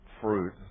fruit